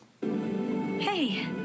Hey